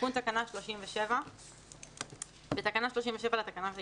תיקון תקנה 37 בתקנה 37 לתקנות העיקריות,